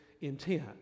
intent